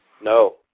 No